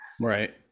right